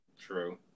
true